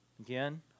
Again